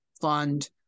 Fund